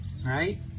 right